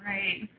Right